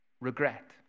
Regret